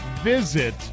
visit